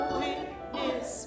witness